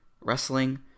wrestling